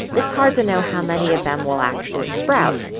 it's hard to know how many of them will actually sprout.